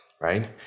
right